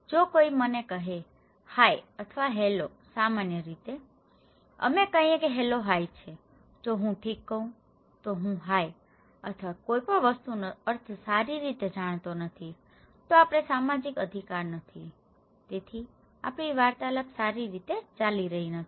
જો કોઈ મને કહે છે હાય અથવા હેલો સામાન્ય રીતે અમે કહીએ કે હેલો હાય છે જો હું ઠીક કહું તો હું હાય અથવા કોઈ પણ વસ્તુનો અર્થ સારી રીતે જાણતો નથી તો આપણે સામાજિક અધિકાર નથી તેથી આપણી વાર્તાલાપ સારી રીતે ચાલી રહી નથી